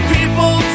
People